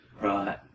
right